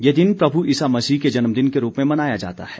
ये दिन प्रभू ईसा मसीह के जन्मदिन के रूप में मनाया जाता है